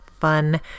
fun